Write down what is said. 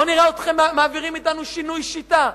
בואו נראה אתכם מעבירים אתנו שינוי שיטה.